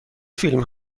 فیلم